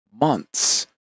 months